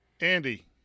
andy